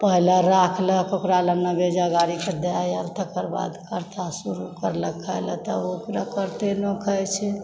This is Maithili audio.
पहले राखलक ओकरा लग दए आयल तकर बाद कर्ता शुरु करलक खाय लए तऽ ओकरा कर्ते ने खाइ छै